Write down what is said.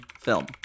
film